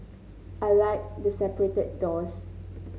I like the separated doors